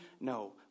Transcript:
No